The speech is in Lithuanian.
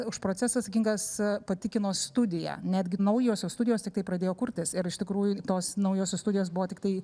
už procesą atsakingas pati kino studija netgi naujosios studijos tiktai pradėjo kurtis ir iš tikrųjų tos naujosios studijos buvo tiktai